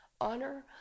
honor